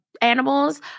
animals